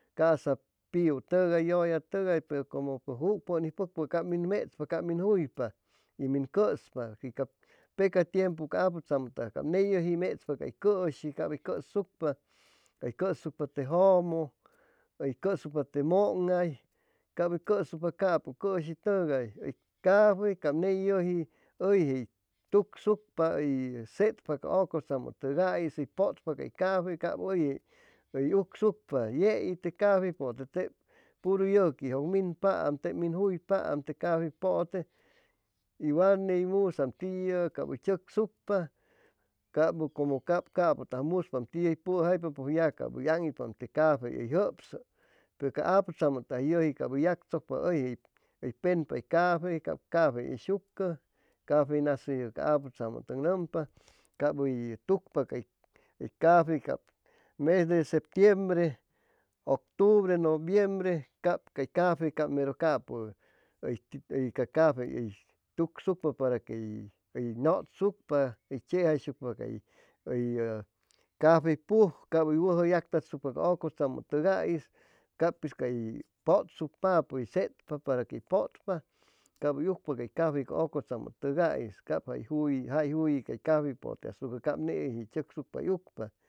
Casap piu tʉgay, yʉlla tʉgay pe como juc pʉn hʉy pʉcpa cap min mechpa ca min juypa y min cʉspa y ca peca tiempu ca aputzamotogais ney yʉji mechpa cay cʉshi y cap hʉy cʉsucpa hʉy cʉsucpa de jʉmʉ h+y cosucpa te mʉŋhay cap hʉy cosucpa capʉ cʉshitʉgay cafey cap ney yʉji hʉyje hʉy tucsucpa hʉy setpa ca ʉcʉtzamʉtʉgais hʉy pʉtpa cay cafey cap hʉyje hʉy ucsucpa yei te cafeypote tep puru yʉquiqjʉg minpaam tep min juypaam te cafey pʉte y wan ney musaam tiʉ cap hʉy tzʉcsucpa cap como capʉtʉgays muspam tiʉ hʉy pʉjaypapʉj ya cap hʉy aŋitpaam te cafey hʉy jʉpsʉ pe ca aputzmʉtʉgais yʉji cap hʉy tzʉcpa hʉyje hʉy penpa hʉy cafey cap cafey hʉyshucʉ cafey nas hʉyʉ ca aputzamʉtʉg nʉmpa cap hʉy tucpa ca cay cafey ca mes de septiembre, octubre, noviembre cap cay cafey cap mero capʉ hʉy ca cafey hʉy tucsucpa para que hʉy hʉy nʉchsucpa hʉy tzejaishucpa cay hʉyʉ cafej puj cap hʉy wʉjʉ yactasucpa ca cʉtzamʉtʉgais cap pits cay pʉtsucpapʉ hʉy setpa para que hʉy pʉtpa cap hʉy ucpa cay cafey ca ʉcʉtzamʉtʉgais cap jay jui cafeypʉte cap ney hʉyje hʉy tzʉcsucpa hʉy ucpa